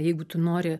jeigu tu nori